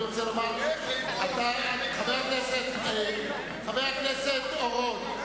חבר הכנסת אורון,